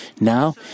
Now